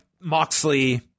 Moxley